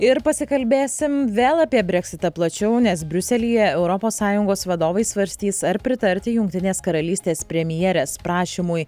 ir pasikalbėsim vėl apie breksitą plačiau nes briuselyje europos sąjungos vadovai svarstys ar pritarti jungtinės karalystės premjerės prašymui